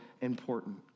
important